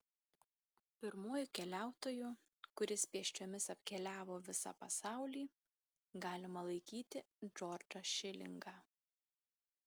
pirmuoju keliautoju kuris pėsčiomis apkeliavo visą pasaulį galima laikyti džordžą šilingą